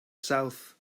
south